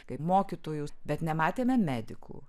kaip mokytojus bet nematėme medikų